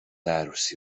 عروسی